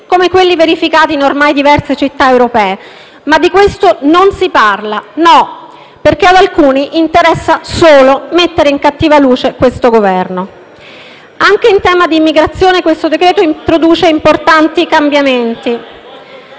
come quelli verificatisi in ormai diverse città europee. Di questo tuttavia non si parla, perché ad alcuni interessa solo mettere in cattiva luce questo Governo. Anche in tema di immigrazione il testo in esame introduce importanti cambiamenti.